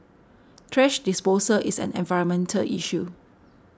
thrash disposal is an environment issue